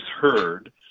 heard